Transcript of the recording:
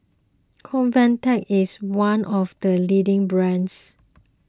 Convatec is one of the leading brands